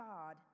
God